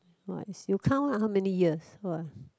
!wah! is you count lah how many years !wah!